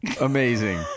amazing